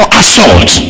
assault